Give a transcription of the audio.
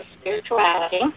spirituality